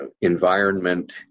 environment